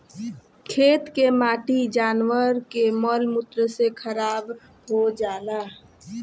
खेत के माटी जानवर के मल मूत्र से खराब हो जाला